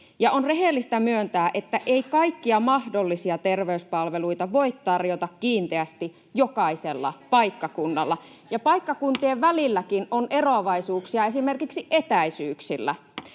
On rehellistä myöntää, että ei kaikkia mahdollisia terveyspalveluita voi tarjota kiinteästi jokaisella paikkakunnalla, [Hanna-Leena Mattilan välihuuto] ja paikkakuntien välilläkin